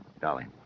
Dolly